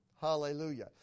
Hallelujah